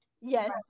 Yes